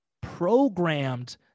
programmed